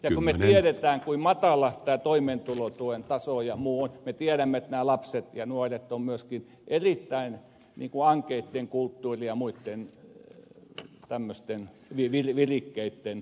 ja kun me tiedämme kuinka matala tämä toimeentulotuen taso ja muu on me tiedämme myös että nämä lapset ovat erittäin ankeitten kulttuuri ja muitten tämmöisten virikkeitten parissa